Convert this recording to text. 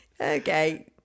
Okay